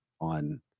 on